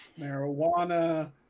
marijuana